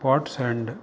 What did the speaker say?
pots and